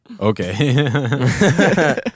Okay